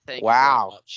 Wow